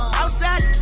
outside